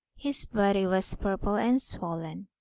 his body was purple and swollen.